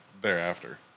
thereafter